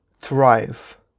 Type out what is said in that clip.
Thrive